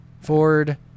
ford